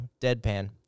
deadpan